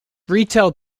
retail